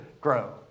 grow